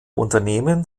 unternehmen